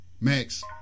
Max